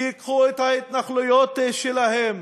שייקחו את ההתנחלויות שלהם,